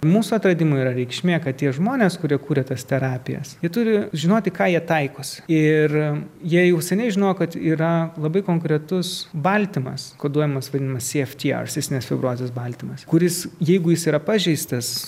mūsų atradimai yra reikšmė kad tie žmonės kurie kuria tas terapijas ji turi žinoti ką jie taikos ir jie jau seniai žinojo kad yra labai konkretus baltymas koduojamas vadinamas sieftiar cistinės fibrozės baltymas kuris jeigu jis yra pažeistas